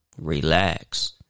relax